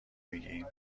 میگیم